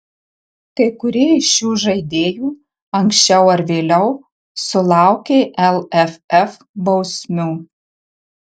kai kurie iš šių žaidėjų anksčiau ar vėliau sulaukė lff bausmių